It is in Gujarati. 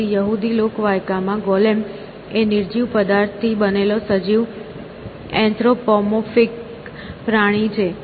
તેથી યહૂદી લોકવાયકામાં ગોલેમ એ નિર્જીવ પદાર્થથી બનેલો સજીવ એન્થ્રોપોમોર્ફિક પ્રાણી છે